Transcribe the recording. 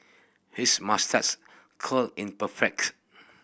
his moustache curl in perfect